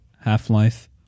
Half-Life